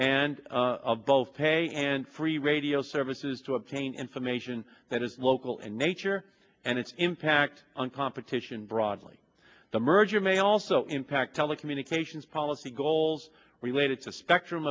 and both pay and free radio services to obtain information that is local and nature and its impact on competition broadly the merger may also impact telecommunications policy goals related to spectrum